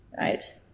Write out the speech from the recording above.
right